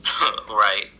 Right